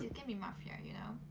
it can be mafia, you know.